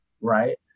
right